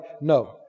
no